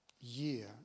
year